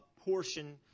portion